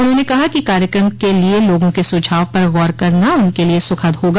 उन्होंने कहा कि कार्यक्रम के लिए लोगों के सुझाव पर गौर करना उनके लिए सुखद होगा